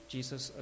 Jesus